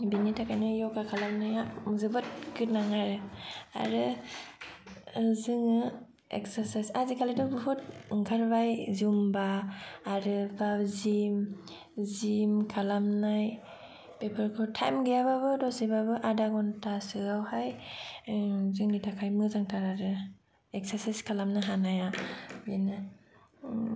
बेनि थाखायनो य'गा खालामनाया जोबोत गोनां आरो आरो जोङो एकसारसाइस आजिखालिथ' बुहुत ओंखारबाय जुमबा आरोबाव जिम खालामनाय बेफोरखौ टाइम गैया बाबो दसे बाबो आदा गनथा सोआवहाय जोंनि थाखाय मोजांथार आरो एकसारसाइस खालामनो हानाया बेनो